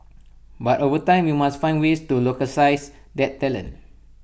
but over time we must find ways to localise that talent